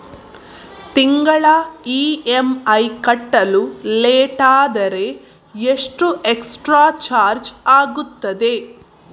ತಿಂಗಳ ಇ.ಎಂ.ಐ ಕಟ್ಟಲು ಲೇಟಾದರೆ ಎಷ್ಟು ಎಕ್ಸ್ಟ್ರಾ ಚಾರ್ಜ್ ಆಗುತ್ತದೆ?